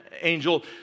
angel